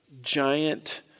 giant